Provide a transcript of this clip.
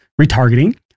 retargeting